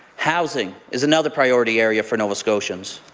housing is another priority area for nova scotians.